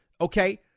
okay